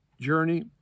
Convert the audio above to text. journey